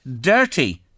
dirty